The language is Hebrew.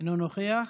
אינו נוכח.